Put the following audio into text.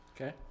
Okay